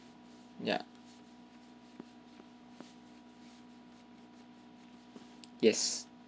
ya yes